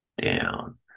down